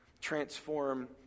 transform